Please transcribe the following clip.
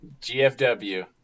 GFW